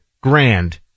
grand